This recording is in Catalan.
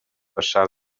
passar